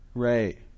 Right